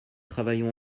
travaillons